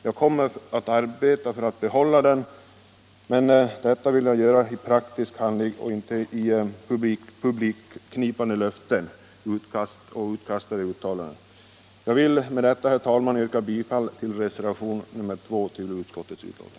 Jag kommer att arbeta för att behålla den, men det vill jag göra i praktisk handling och inte genom publiknypande löften och utkastade uttalanden. Jag yrkar, herr talman, bifall till reservationen 2 vid utskottets betänkande.